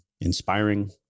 inspiring